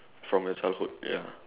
from your childhood ya